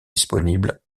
disponible